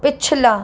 पिछला